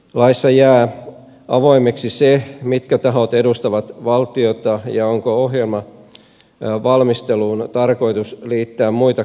laissa jää avoimeksi se mitkä tahot edustavat valtiota ja onko ohjelmavalmisteluun tarkoitus liittää muita kumppaneita